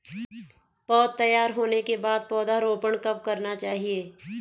पौध तैयार होने के बाद पौधा रोपण कब करना चाहिए?